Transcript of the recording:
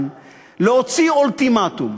להוציא כאן אולטימטום,